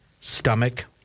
stomach